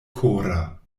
kora